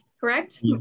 correct